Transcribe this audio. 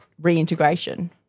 reintegration